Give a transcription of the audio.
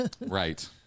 Right